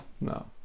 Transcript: No